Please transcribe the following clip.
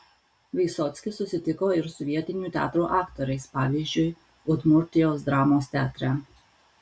vysockis susitiko ir su vietinių teatrų aktoriais pavyzdžiui udmurtijos dramos teatre